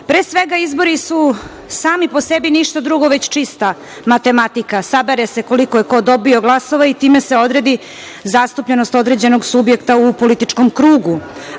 svega, izbori su sami po sebi ništa drugo već čista matematika. Sabere se koliko je ko dobio glasova i time se odredi zastupljenost određenog subjekta u političkom krugu. Druga